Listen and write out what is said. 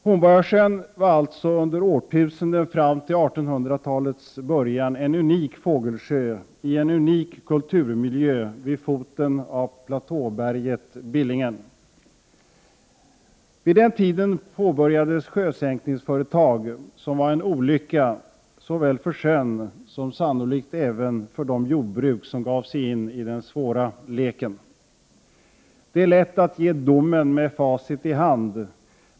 Hornborgasjön var alltså under årtusenden fram till 1800-talets början en unik fågelsjö i en unik kulturmiljö vid foten av platåberget Billingen. Vid den tiden påbörjades sjösänkningsföretag, som var en olycka både för sjön och sannolikt även för de jordbruk som gav sig in i den svåra leken. Det är lätt att ge domen med facit i hand.